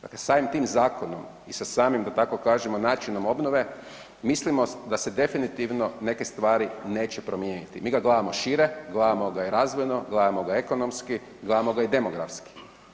Dakle samim tim zakonom i sa samim, da tako kažemo načinom obnove, mislimo da se definitivno neke stvari neće promijeniti, mi ga gledamo šire, gledamo ga i razvojno, gledamo ga ekonomski, gledamo ga i demografski.